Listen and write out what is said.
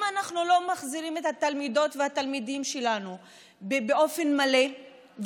אם אנחנו לא מחזירים את התלמידות והתלמידים שלנו באופן מלא,